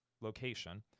location